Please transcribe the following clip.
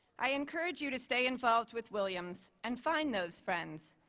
i encourage you to stay involved with williams and find those friends,